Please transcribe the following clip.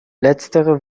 letztere